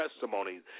testimonies